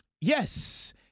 Yes